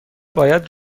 باید